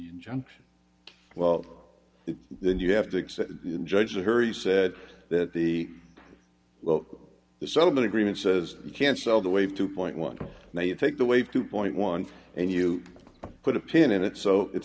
injunction well it then you have to accept it and judge that harry said that the well the settlement agreement says you can't sell the wave two point one now you take the wave two point one and you put a pin in it so it